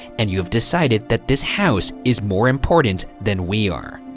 and you have decided that this house is more important than we are,